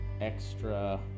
extra